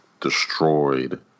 destroyed